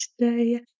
today